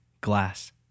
Glass